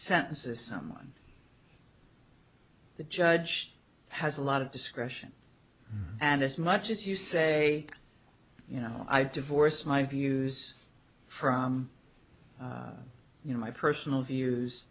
sentences someone the judge has a lot of discretion and as much as you say you know i divorce my views from you know my personal views